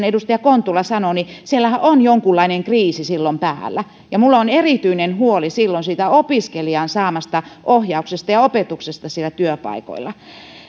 edustaja kontula sanoi siellähän on jonkunlainen kriisi silloin päällä ja minulla on erityinen huoli silloin siitä opiskelijan saamasta ohjauksesta ja opetuksesta siellä työpaikalla